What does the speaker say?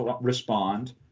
respond